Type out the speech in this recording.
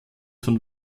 von